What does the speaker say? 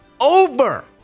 over